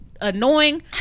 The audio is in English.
annoying